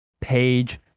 page